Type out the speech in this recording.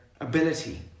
ability